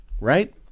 right